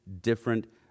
different